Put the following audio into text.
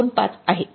२५ आहे